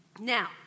Now